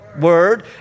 Word